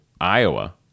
iowa